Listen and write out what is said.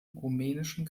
rumänischen